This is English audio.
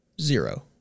zero